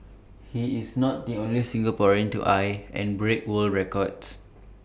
he is not the only Singaporean to eye and break world records